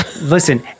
Listen